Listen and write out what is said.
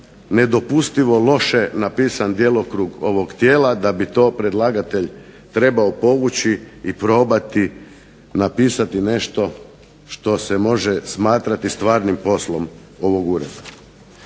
nedopustivo loše napisan djelokrug ovog tijela i da bi to predlagatelj trebao povući i probati napisati nešto što se može smatrati stvarnim poslom ovog Ureda.